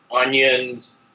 onions